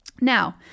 Now